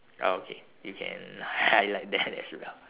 oh okay you can highlight that as well